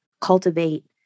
cultivate